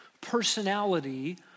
personality